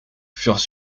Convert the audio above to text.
furent